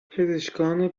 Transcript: پزشکان